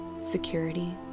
security